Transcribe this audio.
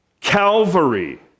Calvary